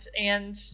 and-